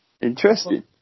Interesting